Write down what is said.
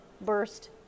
burst